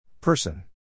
Person